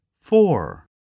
four